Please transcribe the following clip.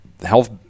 health